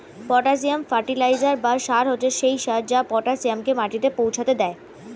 potassium fertiliser বা সার হচ্ছে সেই সার যা পটাসিয়ামকে মাটিতে পৌঁছাতে দেয়